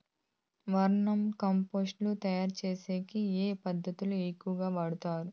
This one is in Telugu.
వర్మి కంపోస్టు తయారుచేసేకి ఏ పదార్థాలు ఎక్కువగా వాడుతారు